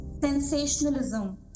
sensationalism